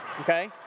Okay